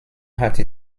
hatte